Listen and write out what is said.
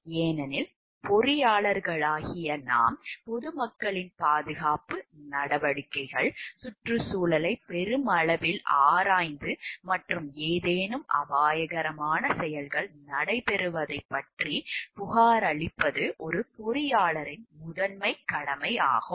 ஏனெனில் பொறியாளர்களாகிய நாம் பொது மக்களின் பாதுகாப்பு நடவடிக்கைகள் சுற்றுச்சூழலைப் பெருமளவில் ஆராய்வது மற்றும் ஏதேனும் அபாயகரமான செயல்கள் நடைபெறுவதைப் பற்றிப் புகாரளிப்பது ஒரு பொறியாளரின் முதன்மைக் கடமையாகும்